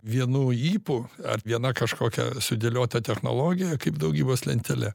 vienu ypu ar viena kažkokia sudėliota technologija kaip daugybos lentele